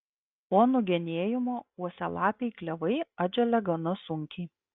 po nugenėjimo uosialapiai klevai atželia gana sunkiai